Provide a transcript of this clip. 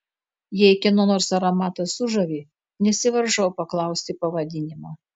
jei kieno nors aromatas sužavi nesivaržau paklausti pavadinimo